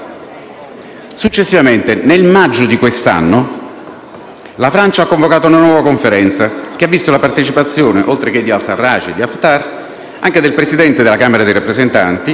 Successivamente, nel maggio di quest'anno, la Francia ha convocato una nuova conferenza che ha visto la partecipazione, oltre che di al-Sarraj e di Haftar, anche del presidente della Camera dei rappresentanti